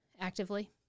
actively